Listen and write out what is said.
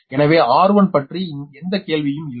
எனவே r1 பற்றி எந்த கேள்வியும் இல்லை